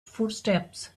footsteps